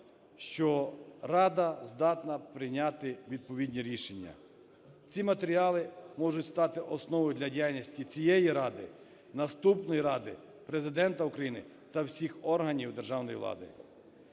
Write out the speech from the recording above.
що Рада здатна прийняти відповідні рішення. Ці матеріали можуть стати основою для діяльності цієї Ради, наступної Ради, Президента України та всіх органів державної влади.